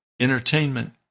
entertainment